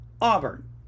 Auburn